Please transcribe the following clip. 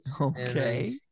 Okay